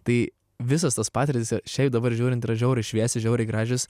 tai visos tos patirtys šiaip dabar žiūrint yra žiauriai šviesi žiauriai gražios